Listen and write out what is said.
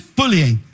bullying